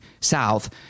south